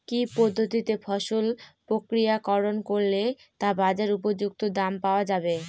কি পদ্ধতিতে ফসল প্রক্রিয়াকরণ করলে তা বাজার উপযুক্ত দাম পাওয়া যাবে?